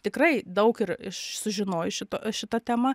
tikrai daug ir iš sužinojus šito šita tema